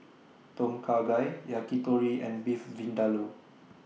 Tom Kha Gai Yakitori and Beef Vindaloo